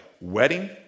wedding